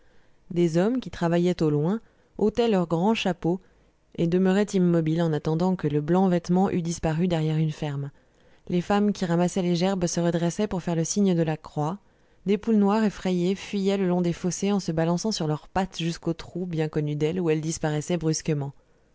des hommes qui travaillaient au loin ôtaient leurs grands chapeaux et demeuraient immobiles en attendant que le blanc vêtement eût disparu derrière une ferme les femmes qui ramassaient les gerbes se redressaient pour faire le signe de la croix des poules noires effrayées fuyaient le long des fossés en se balançant sur leurs pattes jusqu'au trou bien connu d'elles où elles disparaissaient brusquement